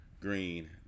Green